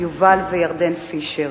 יובל וירדן פישר,